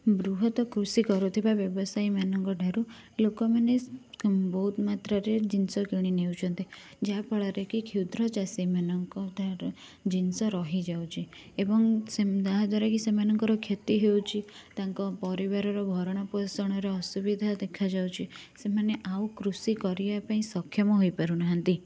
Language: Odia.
ବୃହତ କୃଷି କରୁଥିବା ବ୍ୟବସାୟୀମାନଙ୍କ ଠାରୁ ଲୋକମାନେ ବହୁତ ମାତ୍ରାରେ ଜିନିଷ କିଣିନେଉଛନ୍ତି ଯାହାଫଳରେ କି କ୍ଷୁଦ୍ର ଚାଷୀମାନଙ୍କ ଠାରେ ଜିନିଷ ରହିଯାଉଛି ଏବଂ ଯାହା ଦ୍ଵାରା କି ସେମାନଙ୍କର କ୍ଷତି ହେଉଛି ତାଙ୍କ ପରିବାରର ଭରଣପୋଷଣ ଅସୁବିଧା ଦେଖାଯାଉଛି ସେମାନେ ଆଉ କୃଷି କରିବା ପାଇଁ ସକ୍ଷମ ହୋଇପାରୁନାହାନ୍ତି